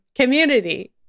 community